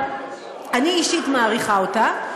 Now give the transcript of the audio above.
אבל אני אישית מעריכה אותה.